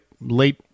late